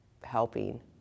helping